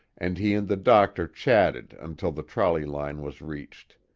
and he and the doctor chatted until the trolley line was reached.